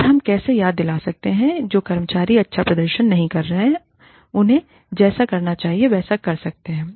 और हम कैसे याद दिला सकते हैं जो कर्मचारी अच्छा प्रदर्शन नहीं कर रहे हैं उन्हें जैसा करना चाहिए वैसा कर सकते हैं